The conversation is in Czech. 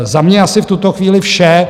Za mě asi v tuto chvíli vše.